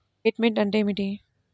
Statement అంటే ఏమిటి?